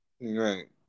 Right